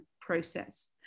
process